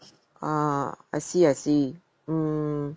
ah I see I see